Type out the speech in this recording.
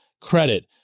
credit